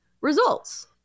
results